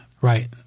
Right